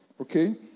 Okay